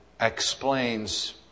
explains